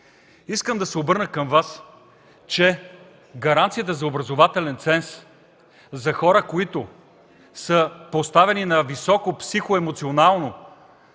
Искам да се обърна към Вас, че гаранцията за образователен ценз за хора, които са поставени на високо психоемоционално,